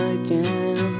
again